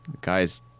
guys